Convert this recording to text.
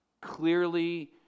clearly